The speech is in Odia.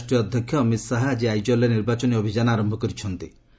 ବିଜେପି ରାଷ୍ଟ୍ରୀୟ ଅଧ୍ୟକ୍ଷ ଅମୀତ୍ ଶାହା ଆଜି ଆଇଜଲ୍ରେ ନିର୍ବାଚନୀ ଅଭିଯାନ ଆରମ୍ଭ କରିଛନ୍ତି